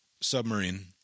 submarine